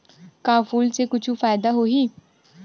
का फूल से कुछु फ़ायदा होही?